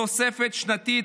תוספת שנתית,